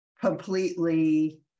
completely